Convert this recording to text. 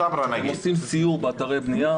הם עושים סיור באתרי בנייה,